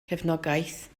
cefnogaeth